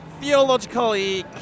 Theologically